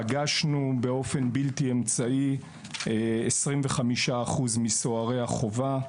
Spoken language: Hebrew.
פגשנו באופן בלתי אמצעי כ-25% מסוהרי החובה,